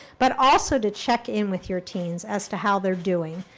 but also to check in with your teens as to how they're doing.